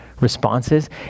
responses